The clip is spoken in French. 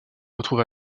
retrouve